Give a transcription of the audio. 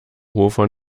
hofer